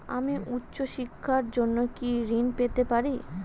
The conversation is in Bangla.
আমি উচ্চশিক্ষার জন্য কি ঋণ পেতে পারি?